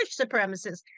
supremacists